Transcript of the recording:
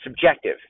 subjective